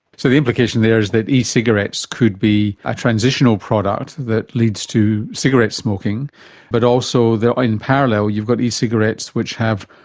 so the implication there is that ecigarettes could be a transitional product that leads to cigarette smoking but also in and parallel you've got ecigarettes which have,